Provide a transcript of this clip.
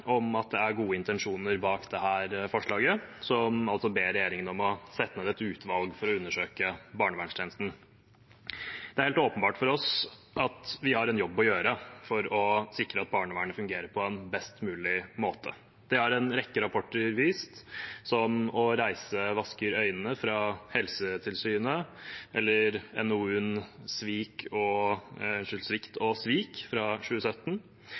at det er gode intensjoner bak dette forslaget, som altså ber regjeringen sette ned et utvalg for å undersøke barnevernstjenesten. Det er helt åpenbart for oss at vi har en jobb å gjøre for å sikre at barnevernet fungerer på en best mulig måte. Det har en rekke rapporter vist, som «Det å reise vasker øynene» fra Helsetilsynet, NOU-en «Svikt og svik» fra 2017, «De tror vi er shitkids», som kom fra Barneombudet i år, og dommene fra